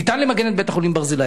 ניתן למגן את בית-החולים "ברזילי".